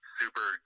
super